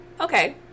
Okay